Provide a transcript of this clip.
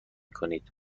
کنید